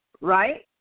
right